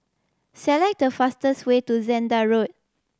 select the fastest way to Zehnder Road